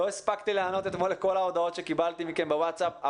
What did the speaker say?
לא הספקתי לענות אתמול לכל ההודעות שקיבלתי מכם בווטסאפ,